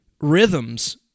rhythms